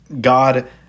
God